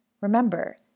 Remember